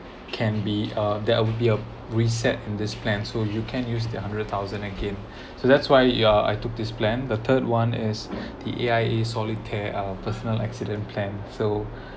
can be uh that would be a reset in this plan so you can use the hundred thousand again so that's why yeah I took this plan the third one as the A_I_A solitaire uh personal accident plan so